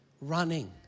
running